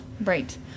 Right